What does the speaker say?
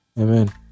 amen